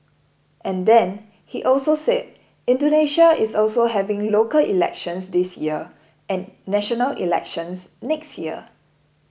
and then he also said Indonesia is also having local elections this year and national elections next year